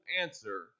answer